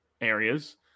areas